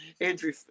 Andrew